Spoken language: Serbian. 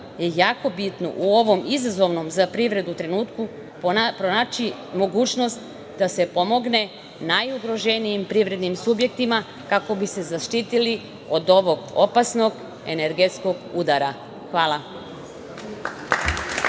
je jako bitno u ovom izazovnom za privredu trenutku pronaći mogućnost da se pomogne najugroženijim privrednim subjektima, kako bi se zaštitili od ovog opasnog energetskog udara. Hvala.